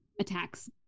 attacks